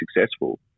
successful